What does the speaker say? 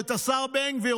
או את השר בן גביר,